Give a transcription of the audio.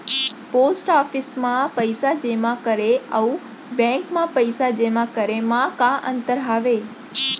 post office मा पइसा जेमा करे अऊ बैंक मा पइसा जेमा करे मा का अंतर हावे